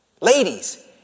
Ladies